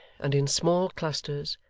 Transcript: and in small clusters,